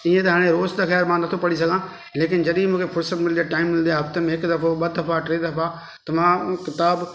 ईअं त हाणे रोज त खैर मां नथो पढ़ी सघां लेकिन जॾहिं मूंखे फुर्सत मिले टाइम मिले हफ़्ते में हिकु दफ़ो ॿ दफ़ो टे दफ़ा त मां उअ क़िताबु